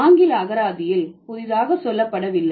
ஆங்கில அகராதியில் புதிதாக சொல்லப்படவில்லை